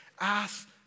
ask